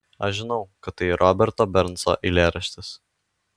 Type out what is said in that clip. aš žinau kad tai roberto bernso eilėraštis